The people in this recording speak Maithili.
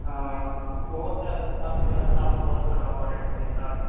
हँ ओहोसँ अर्थव्यवस्थापर बहुत प्रभाव पड़य हेतय ने सर